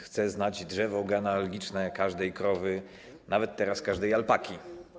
Chce znać drzewo genealogiczne każdej krowy, nawet teraz każdej alpaki.